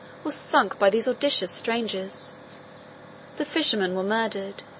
was sunk by these audacious strangers the fishermen were murdered.